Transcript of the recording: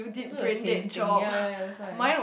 you do the same thing yea yea yea that's why